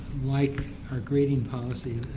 like our grading policy,